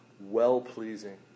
well-pleasing